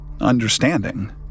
understanding